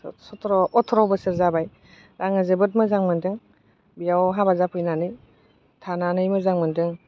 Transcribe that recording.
सथ्र' अथ्र' बोसोर जाबाय आङो जोबोद मोजां मोनदों बेयाव हाबा जाफैनानै थानानै मोजां मोनदों